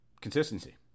Consistency